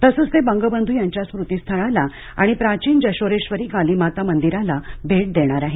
तसंच ते बंगबंधू यांच्या स्मृतीस्थळाला आणि प्राचीन जशोरेबरी काली माता मंदिराला भेट देणारं आहेत